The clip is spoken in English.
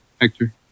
Hector